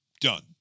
Done